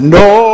no